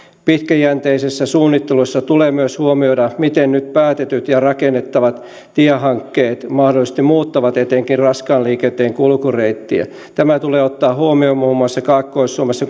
pitkäjänteisessä suunnittelussa tulee myös huomioida miten nyt päätetyt ja rakennettavat tiehankkeet mahdollisesti muuttavat etenkin raskaan liikenteen kulkureittiä tämä tulee ottaa huomioon muun muassa kaakkois suomessa